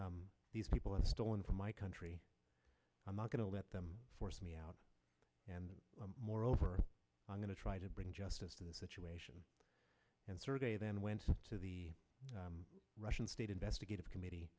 these people are stolen from my country i'm not going to let them force me out and moreover i'm going to try to bring justice to the situation and survey then went to the russian state investigative committee